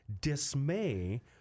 dismay